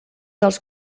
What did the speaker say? dels